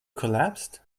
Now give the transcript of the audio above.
collapsed